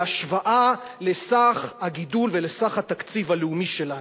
בהשוואה לסך הגידול ולסך התקציב הלאומי שלנו.